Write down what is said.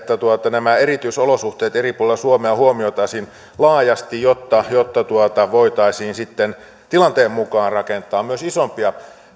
nämä erityisolosuhteet eri puolilla suomea huomioitaisiin laajasti jotta jotta voitaisiin tilanteen mukaan rakentaa myös isompia